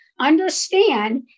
understand